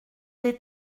des